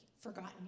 forgotten